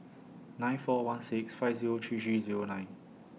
nine four one six five Zero three three Zero nine